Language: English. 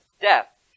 death